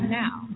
now